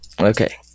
Okay